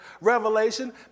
revelation